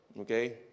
Okay